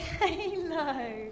Hello